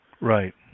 Right